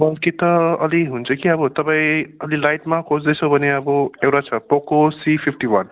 मोल्की त अलि हुन्छ कि अब तपाईँ अलि लाइटमा खोज्दैछ भने अब एउटा छ पोको सी फिफ्टी वान